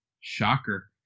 Shocker